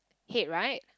head right